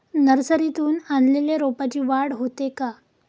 नर्सरीतून आणलेल्या रोपाची वाढ होते का?